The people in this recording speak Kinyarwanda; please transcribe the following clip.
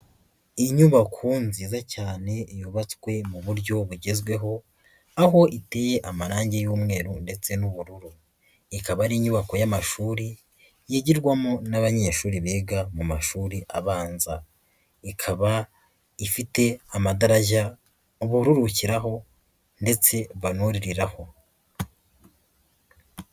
Inyubako nziza cyane yubatswe mu buryo bugezweho, aho iteye amarangi y'umweru ndetse n'ubururu. Ikaba ari inyubako y'amashuri, yigirwamo n'abanyeshuri biga mu mashuri abanza. Ikaba ifite amadarajya bururukiraho ndetse banuririraho.